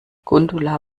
gundula